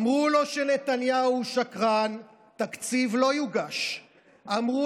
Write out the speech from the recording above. אמרו לו שנתניהו שקרן / תקציב לא יוגש / אמרו